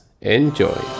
Enjoy